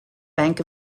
bank